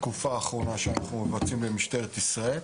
בתקופה האחרונה שאנחנו מבצעים במשטרת ישראל,